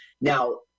Now